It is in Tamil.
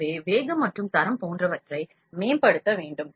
எனவே வேகம் மற்றும் தரம் போன்றவற்றை மேம்படுத்த வேண்டும்